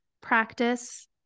practice